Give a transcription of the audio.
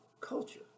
culture